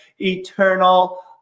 eternal